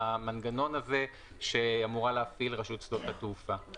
לאחר התייעצות עם המנהל הכללי של משרד הבריאות או נציגו,